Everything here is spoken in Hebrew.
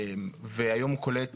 והיום הוא קולט